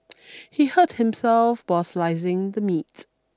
he hurt himself while slicing the meat